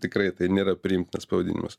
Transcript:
tikrai tai nėra priimtinas pavadinimas